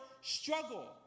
struggle